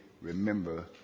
remember